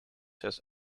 his